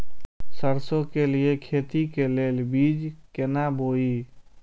सरसों के लिए खेती के लेल बीज केना बोई?